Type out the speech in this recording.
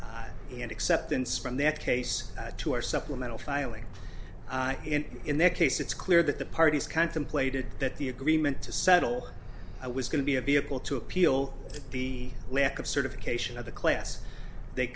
and acceptance from that case to our supplemental filing in in that case it's clear that the parties contemplated that the agreement to settle i was going to be a vehicle to appeal the lack of certification of the class they